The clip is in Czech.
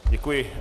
Děkuji.